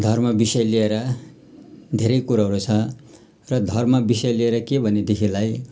धर्म विषय लिएर धेरै कुरोहरू छ र धर्म विषय लिएर के भनेदेखिलाई